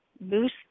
boost